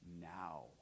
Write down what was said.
now